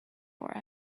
for